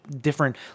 different